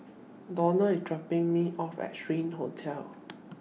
Donna IS dropping Me off At Strand Hotel